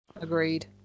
Agreed